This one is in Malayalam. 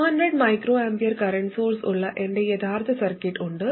200 µA കറന്റ് സോഴ്സ് ഉള്ള എന്റെ യഥാർത്ഥ സർക്യൂട്ട് ഉണ്ട്